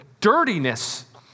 dirtiness